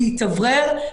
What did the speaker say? להתאוורר,